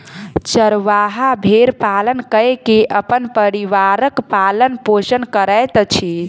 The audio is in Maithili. चरवाहा भेड़ पालन कय के अपन परिवारक पालन पोषण करैत अछि